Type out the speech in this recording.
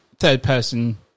third-person